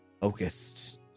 focused